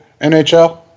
NHL